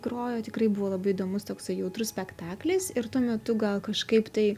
grojo tikrai buvo labai įdomus toksai jautrus spektaklis ir tuo metu gal kažkaip tai